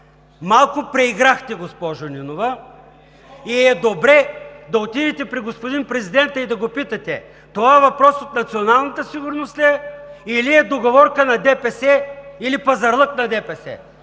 „Малко преиграхте, госпожо Нинова, и е добре да отидете при господин президента и да го питате: това въпрос от националната сигурност ли е, или е договорка на ДПС, или пазарлък на ДПС?“